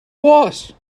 what